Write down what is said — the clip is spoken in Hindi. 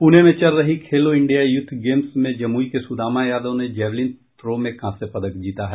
पुणे में चल रही खेलो इंडिया यूथ गेम्स में जमुई के सुदामा यादव ने जैवलिन थ्रो में कांस्य पदक जीता है